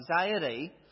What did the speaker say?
anxiety